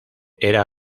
era